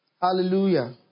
Hallelujah